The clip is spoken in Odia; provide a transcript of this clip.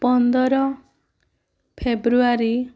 ପନ୍ଦର ଫେବୃଆରୀ